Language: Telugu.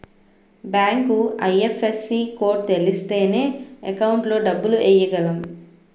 బ్యాంకు ఐ.ఎఫ్.ఎస్.సి కోడ్ తెలిస్తేనే అకౌంట్ లో డబ్బులు ఎయ్యగలం